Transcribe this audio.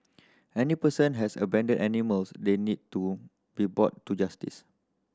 any person has abandoned animals they need to be brought to justice